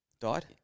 died